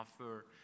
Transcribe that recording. offer